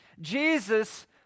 Jesus